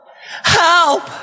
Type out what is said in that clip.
help